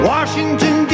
Washington